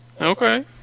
Okay